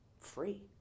free